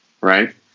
Right